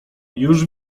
już